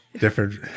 different